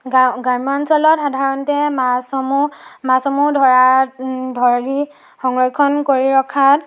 গা গ্ৰাম্যাঞ্চলত সাধাৰণতে মাছসমূহ মাছসমূহ ধৰাত ধৰি সংৰক্ষণ কৰি ৰখাত